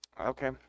Okay